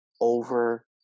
over